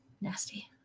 Nasty